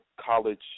college